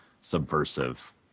subversive